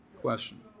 question